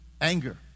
anger